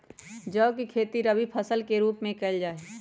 जौ के खेती रवि फसल के रूप में कइल जा हई